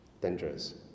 dangerous